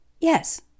Yes